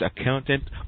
accountant